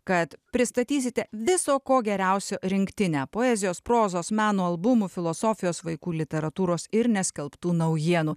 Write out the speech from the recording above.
kad pristatysite viso ko geriausio rinktinę poezijos prozos meno albumų filosofijos vaikų literatūros ir neskelbtų naujienų